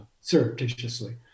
surreptitiously